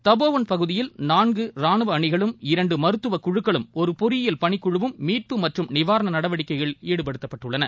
தபோவன் பகுதியில் நான்குரானுவஅணிகளும் இரண்டுமருத்துவகுழுக்களும் ஒருபொறியியல் பணிக்குழுவும் மீட்பு மற்றும் நிவாரணப் நடவடிக்கைகளில் ஈடுபடுத்தப்பட்டுள்ளன